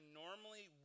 normally